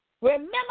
Remember